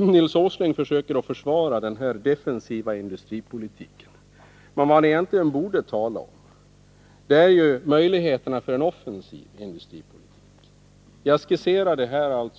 Nils Åsling försöker att försvara den här defensiva industripolitiken. Vad han egentligen borde tala om är möjligheten att föra en offensiv industripolitik. Jag skisserade